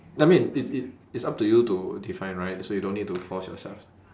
I mean it it it's up to you to define right so you don't need to force yourself